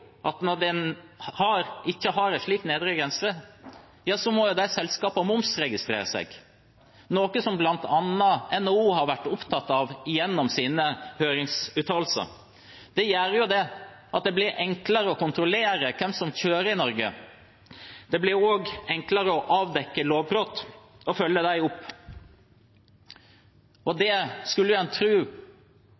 at når en ikke har en slik nedre grense, må selskapene momsregistrere seg, noe som bl.a. NHO har vært opptatt av gjennom sine høringsuttalelser. Det gjør at det blir enklere å kontrollere hvem som kjører i Norge. Det blir også enklere å avdekke lovbrudd og følge dem opp.